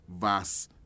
verse